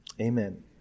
Amen